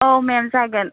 औ मेम जागोन